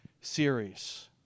series